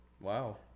Wow